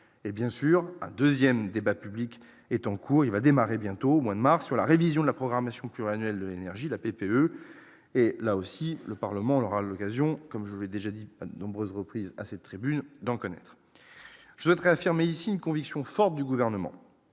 et bien sûr un 2ème débat public est cours il va démarrer bientôt au mois de mars sur la révision de la programmation pluriannuelle énergie la PPE et là aussi, le Parlement aura l'occasion, comme je vais déjà dit à de nombreuses reprises à cette tribune d'en connaître, je souhaite réaffirmer ici une conviction forte du gouvernement,